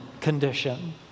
condition